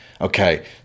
okay